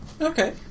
Okay